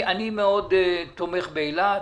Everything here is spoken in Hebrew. אני מאוד תומך באילת.